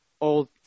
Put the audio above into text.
Old